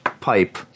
pipe